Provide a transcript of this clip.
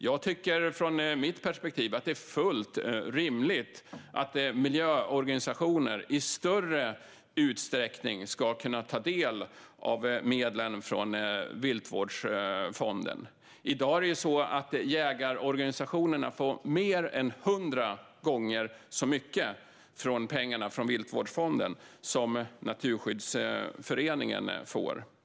Jag tycker från mitt perspektiv att det är fullt rimligt att miljöorganisationer i större utsträckning ska kunna ta del av medlen från Viltvårdsfonden. I dag får jägarorganisationerna mer än 100 gånger så mycket pengar från Viltvårdsfonden som Naturskyddsföreningen får.